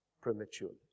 prematurely